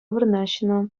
вырнаҫнӑ